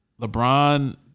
LeBron